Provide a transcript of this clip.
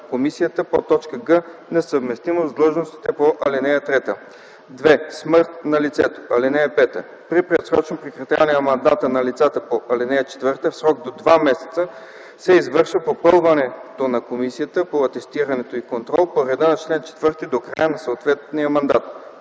комисията; г) несъвместимост с длъжностите по ал. 3. 2. смърт на лицето. (5) При предсрочно прекратяване на мандата на лицата по ал. 4 в срок до два месеца се извършва попълването на Комисията по атестиране и контрол по реда на чл. 4 до края на съответния мандат